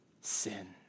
sin